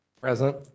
Present